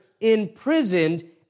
imprisoned